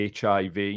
HIV